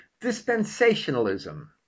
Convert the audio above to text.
dispensationalism